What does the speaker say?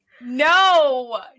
No